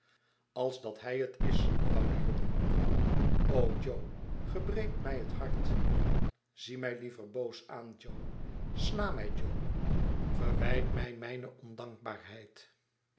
als dat hij het is oude jongen jo ge breekt mij het hart zie mij liever boos aan jo sla mij jo verwijt mij mijne ondankbaarheid